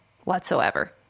whatsoever